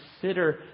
consider